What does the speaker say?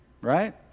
Right